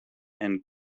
and